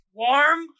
warm